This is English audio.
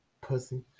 pussy